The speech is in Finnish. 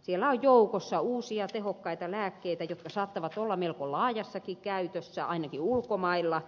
siellä on joukossa uusia tehokkaita lääkkeitä jotka saattavat olla melko laajassakin käytössä ainakin ulkomailla